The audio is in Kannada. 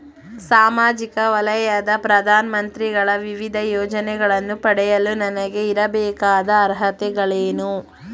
ಸಾಮಾಜಿಕ ವಲಯದ ಪ್ರಧಾನ ಮಂತ್ರಿಗಳ ವಿವಿಧ ಯೋಜನೆಗಳನ್ನು ಪಡೆಯಲು ನನಗೆ ಇರಬೇಕಾದ ಅರ್ಹತೆಗಳೇನು?